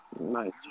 Nice